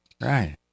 Right